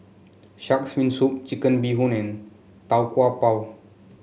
shark's fin soup Chicken Bee Hoon and Tau Kwa Pau